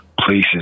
places